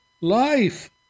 life